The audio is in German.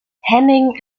henning